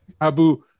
Abu